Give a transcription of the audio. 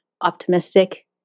Optimistic